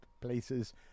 places